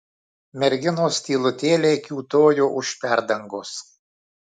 merginos tylutėliai kiūtojo už perdangos